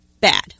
bad